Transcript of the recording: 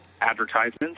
Advertisements